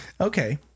okay